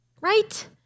right